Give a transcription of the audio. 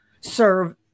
serve